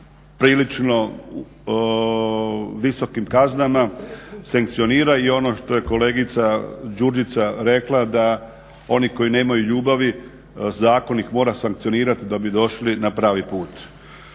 prilično visokim kaznama, sankcionira i ono što je kolegica Đurđica rekla da oni koji nemaju ljubavi, zakon ih mora sankcionirati da bi došli na pravi put.